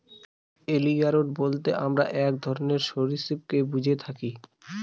alligator বলতে আমরা এক ধরনের সরীসৃপকে বুঝে থাকি